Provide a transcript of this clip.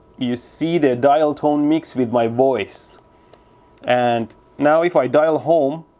you see the dial tone mixed with my voice and now if i dial home